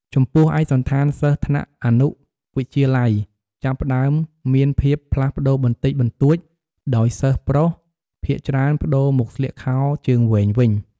ចំពោះឯកសណ្ឋានសិស្សថ្នាក់អនុវិទ្យាល័យ ចាប់ផ្ដើមមានភាពផ្លាស់ប្តូរបន្តិចបន្តួច ដោយសិស្សប្រុសភាគច្រើនប្តូរមកស្លៀកខោជើងវែងវិញ។